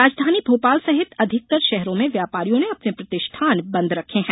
राजधानी भोपाल सहित अधिकतर शहरों में व्यापारियों ने अपने प्रतिष्ठान बन्द रखे हैं